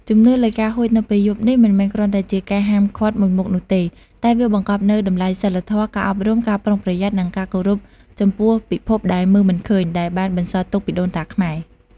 ជំនឿលើការហួចនៅពេលយប់នេះមិនមែនគ្រាន់តែជាការហាមឃាត់មួយមុខនោះទេ តែវាបង្កប់នូវ តម្លៃសីលធម៌ ការអប់រំ ការប្រុងប្រយ័ត្ន និងការគោរពចំពោះពិភពដែលមើលមិនឃើញ ដែលបានបន្សល់ទុកពីដូនតាខ្មែរ។